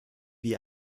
wie